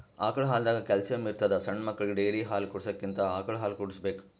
ಆಕಳ್ ಹಾಲ್ದಾಗ್ ಕ್ಯಾಲ್ಸಿಯಂ ಇರ್ತದ್ ಸಣ್ಣ್ ಮಕ್ಕಳಿಗ ಡೇರಿ ಹಾಲ್ ಕುಡ್ಸಕ್ಕಿಂತ ಆಕಳ್ ಹಾಲ್ ಕುಡ್ಸ್ಬೇಕ್